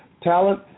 talent